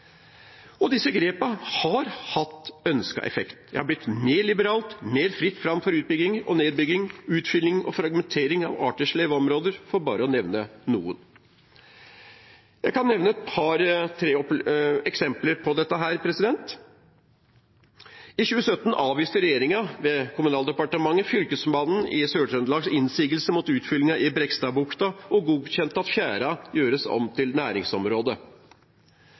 Disse grepene har hatt ønsket effekt. Det har blitt mer liberalt, mer fritt fram for utbygging og nedbygging, utfylling og fragmentering av arters leveområder, for bare å nevne noe. Jeg kan nevne et par–tre eksempler på dette: I 2017 avviste regjeringen ved Kommunaldepartementet Fylkesmannen i Sør-Trøndelags innsigelser mot utfyllingen i Brekstadbukta og godkjente at fjæra gjøres om til